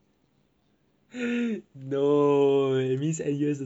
no it means N_U_S doesn't want me